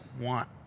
want